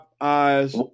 eyes